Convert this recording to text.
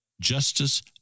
justice